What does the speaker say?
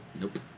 Nope